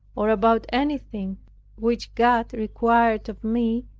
or about anything which god required of me,